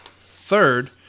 third